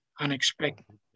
unexpected